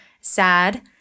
sad